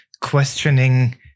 questioning